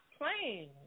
playing